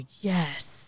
yes